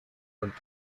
und